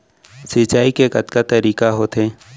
सिंचाई के कतका तरीक़ा होथे?